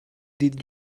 did